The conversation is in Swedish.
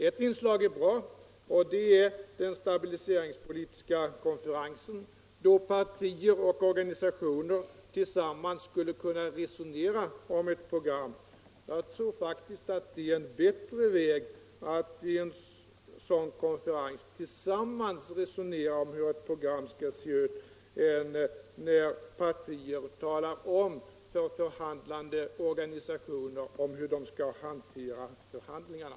Ett inslag är bra, och det är den stabiliseringspolitiska konferensen, då partier och organisationer tillsammans skulle kunna resonera om ett program. Jag tror faktiskt att det är en bättre väg att vid en sådan konferens tillsammans resonera om hur ett program skall se ut än att partier talar om för förhandlande organisationer hur de skall hantera förhandlingarna.